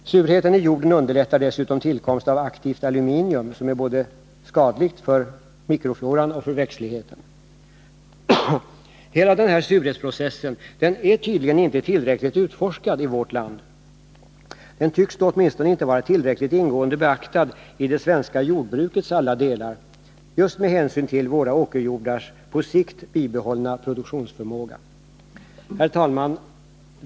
Surheten i jorden underlättar dessutom tillkomsten av aktivt aluminium som är skadligt både för mikrofloran och för växtligheten. Hela den här surhetsprocessen är tydligen inte tillräckligt utforskad i vårt land. Den tycks då åtminstone inte vara tillräckligt ingående beaktad i det svenska jordbrukets alla delar just med hänsyn till våra åkerjordars på sikt bibehållna produktionsförmåga. Herr talman!